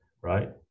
right